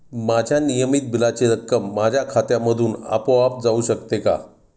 माझ्या नियमित बिलाची रक्कम माझ्या खात्यामधून आपोआप जाऊ शकते का?